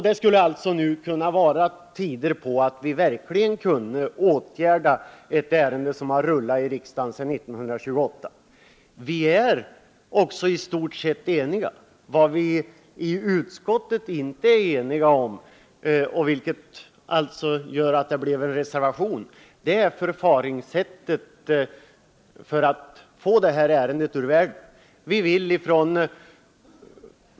Det borde nu alltså vara på tiden att vi verkligen åtgärdade detta ärende som rullat i riksdagen sedan 1928. Vi är i stort sett också eniga. Vad vi i utskottet inte är eniga om — något som alltså har gjort att det blivit en reservation — är förfaringssättet för att få detta ärende ur världen.